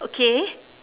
okay